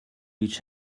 which